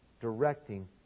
directing